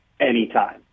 anytime